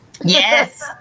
yes